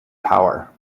power